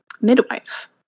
midwife